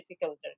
difficult